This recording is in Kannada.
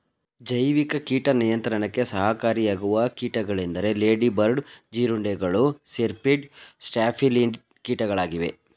ಜೈವಿಕ ಕೀಟ ನಿಯಂತ್ರಣಕ್ಕೆ ಸಹಕಾರಿಯಾಗುವ ಕೀಟಗಳೆಂದರೆ ಲೇಡಿ ಬರ್ಡ್ ಜೀರುಂಡೆಗಳು, ಸಿರ್ಪಿಡ್, ಸ್ಟ್ಯಾಫಿಲಿನಿಡ್ ಕೀಟಗಳಾಗಿವೆ